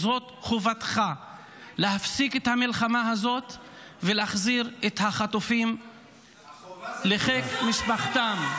זאת חובתך להפסיק את המלחמה הזאת ולהחזיר את החטופים לחיק משפחתם.